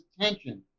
tension